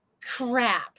crap